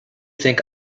think